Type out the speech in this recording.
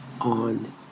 on